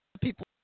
people